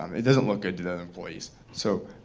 um it doesn't look good to that employees. so